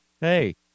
hey